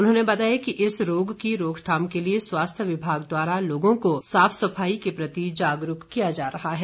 उन्होंने बताया कि इस रोग की रोकथाम के लिए स्वास्थ्य विभाग द्वारा लोगों को साफ सफाई के प्रति जागरूक किया जा रहा है